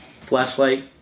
Flashlight